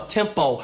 tempo